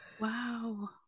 wow